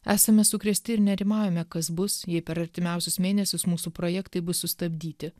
esame sukrėsti ir nerimaujame kas bus jei per artimiausius mėnesius mūsų projektai bus sustabdyti